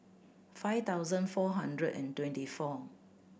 five thousand four hundred and twenty four